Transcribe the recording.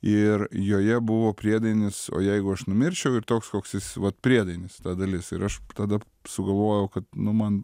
ir joje buvo priedainis o jeigu aš numirčiau ir toks koks jis vat priedainis ta dalis ir aš tada sugalvojau kad nu man